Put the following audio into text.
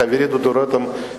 חברי דודו רותם,